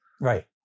Right